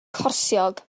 corsiog